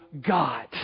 God